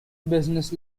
business